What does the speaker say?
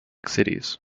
cities